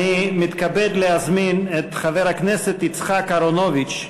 את חבר הכנסת יצחק אהרונוביץ,